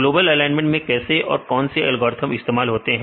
global alignment में कैसे और कौन से एल्गोरिथ्म इस्तेमाल होते हैं